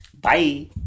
Bye